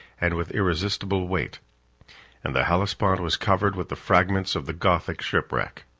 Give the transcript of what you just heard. and with irresistible weight and the hellespont was covered with the fragments of the gothic shipwreck.